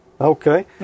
Okay